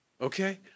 Okay